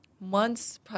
months